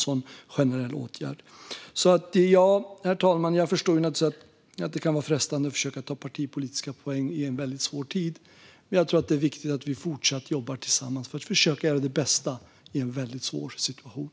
Herr talman! Jag förstår att det kan vara frestande att försöka ta partipolitiska poänger i en väldigt svår tid, men jag tror att det är viktigt att vi fortsatt jobbar tillsammans för att försöka göra det bästa i en väldigt svår situation.